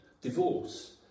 divorce